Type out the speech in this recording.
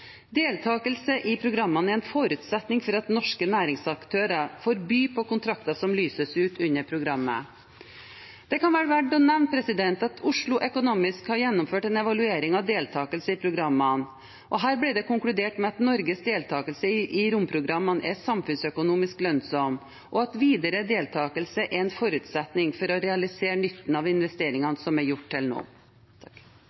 Deltakelse i programmene er en forutsetning for at norske næringsaktører får by på kontrakter som lyses ut under programmet. Det kan være verdt å nevne at Oslo Economics har gjennomført en evaluering av deltakelse i programmene. Her ble det konkludert med at Norges deltakelse i romprogrammene er samfunnsøkonomisk lønnsom, og at videre deltakelse er en forutsetning for å realisere nytten av